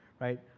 right